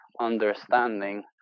understanding